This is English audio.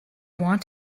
want